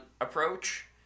approach